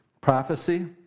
prophecy